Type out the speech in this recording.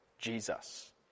Jesus